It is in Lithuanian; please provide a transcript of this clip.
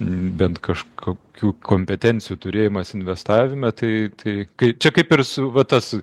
bent kažkokių kompetencijų turėjimas investavime tai tai kai čia kaip ir su va tas